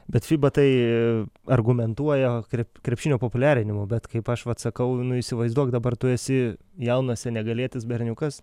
bet fiba tai argumentuoja krep krepšinio populiarinimu bet kaip aš vat sakau nu įsivaizduok dabar tu esi jaunas senegalietis berniukas